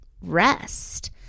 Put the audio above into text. rest